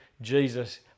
Jesus